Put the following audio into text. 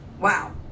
Wow